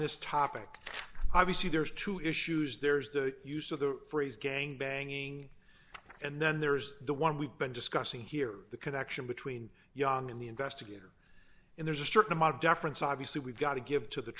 this topic obviously there's two issues there is the use of the phrase gang banging and then there is the one we've been discussing here the connection between young and the investigator and there's a certain amount of deference obviously we've got to give to the